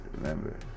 remember